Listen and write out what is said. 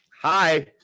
Hi